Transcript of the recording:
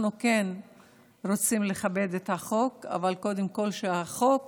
אנחנו כן רוצים לכבד את החוק, אבל קודם כול שהחוק